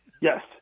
Yes